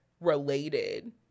related